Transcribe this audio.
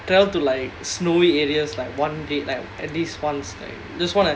travel to like snowy areas like one day like at least once like just want to